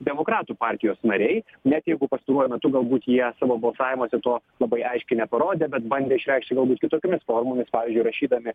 demokratų partijos nariai net jeigu pastaruoju metu galbūt jie savo balsavimuose to labai aiškiai neparodė bet bandė išreikšti galbūt kitokiomis formomis pavyzdžiui rašydami